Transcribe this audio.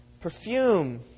perfume